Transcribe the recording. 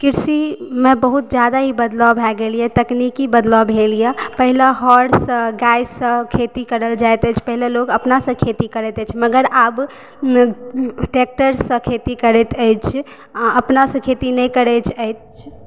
कृषिमे बहुत जादा ही बदलाव भय गेलए तकनीक बदलाव भेलए पहिले हौरसँ गायसँ खेती करल जाइत अछि पहिले लोग अपनासँ खेती करैत अछि मगर आब न टेक्टरसँ खेती करैत अछि आ अपनासँ खेती नहि करैत अछि